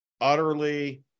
utterly